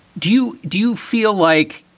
do you do you feel like